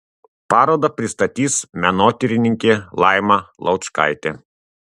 parodą pristatys menotyrininkė laima laučkaitė